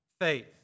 faith